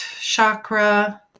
chakra